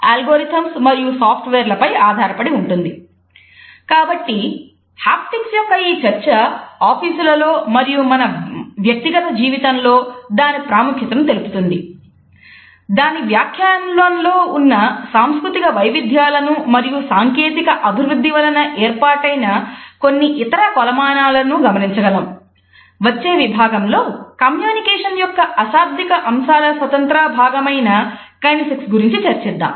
కాబట్టి హాప్టిక్స్ గురించి చర్చిద్దాము